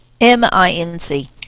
M-I-N-C